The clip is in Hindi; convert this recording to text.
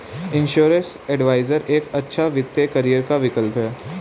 इंश्योरेंस एडवाइजर एक अच्छा वित्तीय करियर का विकल्प है